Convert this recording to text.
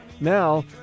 Now